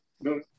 No